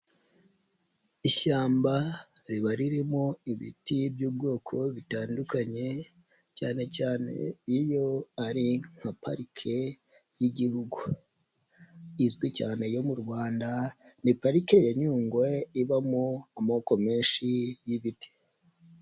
Ishyamba riba ririmo ibiti by'ubwoko butandukanye cyane cyane iyo ari nka parike y'Igihugu, izwi cyane yo mu Rwanda ni parike ya Nyungwe ibamo amoko menshi y'ibiti.